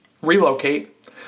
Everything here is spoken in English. relocate